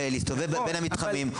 בלהסתובב בין המתחמים,